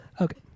okay